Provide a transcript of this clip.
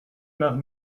nach